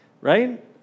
right